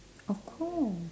of course